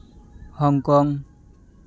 Hong Kong